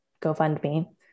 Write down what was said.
GoFundMe